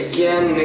Again